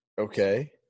Okay